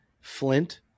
Flint